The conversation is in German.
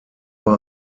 bei